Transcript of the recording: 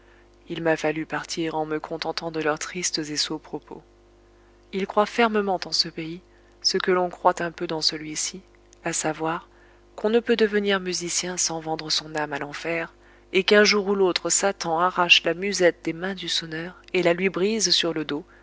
il m'a fallu partir en me contentant de leurs tristes et sots propos ils croient fermement en ce pays ce que l'on croit un peu dans celui-ci à savoir qu'on ne peut devenir musicien sans vendre son âme à l'enfer et qu'un jour ou l'autre satan arrache la musette des mains du sonneur et la lui brise sur le dos